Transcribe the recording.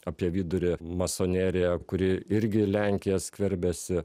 apie vidurį masonerija kuri irgi į lenkiją skverbiasi